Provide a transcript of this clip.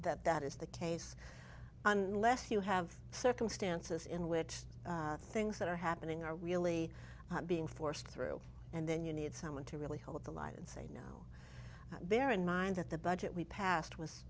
that that is the case unless you have circumstances in which things that are happening are really being forced through and then you need someone to really hold the line and say now they're in mind that the budget we passed was